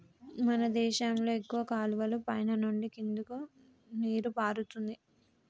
మన దేశంలో ఎక్కువ కాలువలు పైన నుండి కిందకి నీరు పారుతుంది